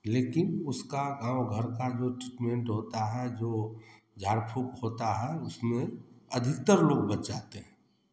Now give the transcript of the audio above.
लेकिन उसका आम घर का जो ट्रीटमेंट होता है जो झाड़ फूँक होता है उसमें अधिकतर लोग बच जाते हैं